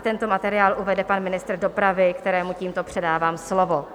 Tento materiál uvede pan ministr dopravy, kterému tímto předávám slovo.